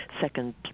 second